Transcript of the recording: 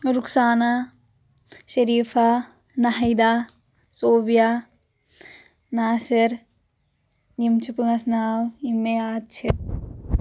رقسانہ شریفہ ناہدہ صوبیا ناصِر یِم چھِ پانٛژھ ناو یِم مےٚ یاد چھِ